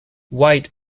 white